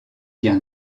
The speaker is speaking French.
dire